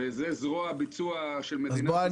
וזה זרוע ביצוע של מדינת ישראל.